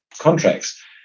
contracts